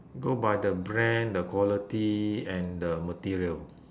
go by the brand the quality and the material